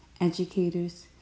educators